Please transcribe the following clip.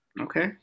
okay